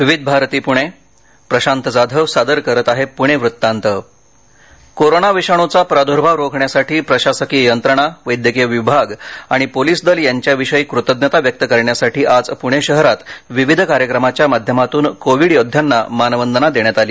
विविधभारती प्णे प्णे वृत्तांत कोविड योद्वा कोरोना विषाणुचा प्रादुर्भाव रोखण्यासाठी प्रशासकिय यंत्रणा वैद्यकीय विभाग आणि पोलिस दल यांच्याविषयी कृतज्ञता व्यक्त करण्यासाठी आज पूणे शहरत विविध कार्यक्रमाच्या माध्यमातून कोविड योदध्यांना मानवंदना देण्यात आली